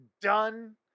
done